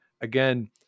again